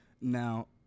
Now